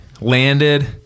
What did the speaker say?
landed